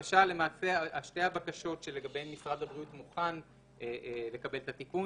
שתי הבקשות שלגביהן משרד הבריאות מוכן לקבל את התיקון